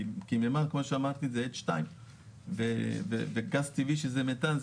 כי מימן כמו שאמרתי זה H2 וגז טבעי שזה מתאן,